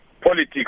politics